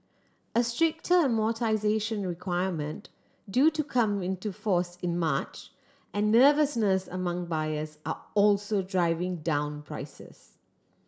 a stricter amortisation requirement due to come into force in March and nervousness among buyers are also driving down prices